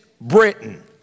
Britain